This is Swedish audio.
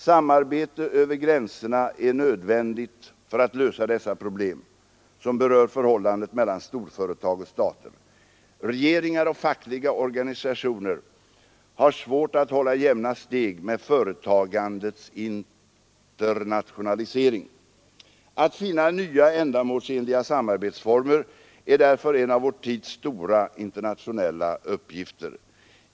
Samarbete över gränserna är nödvändigt för att lösa dessa problem, som berör förhållandet mellan storföretag och stater. Regeringar och fackliga organisationer har svårt att hålla jämna steg med företagandets internationalisering. Att finna nya, ändamålsenliga samarbetsformer är därför en av vår tids stora internationella uppgifter.